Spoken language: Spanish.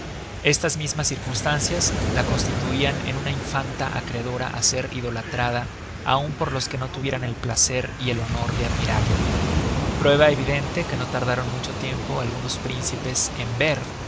estas mismas circunstancias la constituian en una infanta acreedora á ser idolatrada aun por los que no tuviera el placer y el honor de admirarla prueba evidente que no tardaron mucho tiempo algunos príncipes en ver